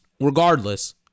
Regardless